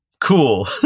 cool